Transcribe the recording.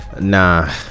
nah